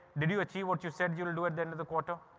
did you achieve what you said you will do at the end of the quarter?